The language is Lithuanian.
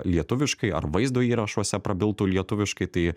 lietuviškai ar vaizdo įrašuose prabiltų lietuviškai tai